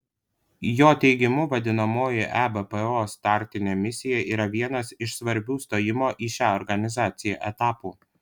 jo teigimu vadinamoji ebpo startinė misija yra vienas iš svarbių stojimo į šią organizaciją etapų